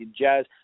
Jazz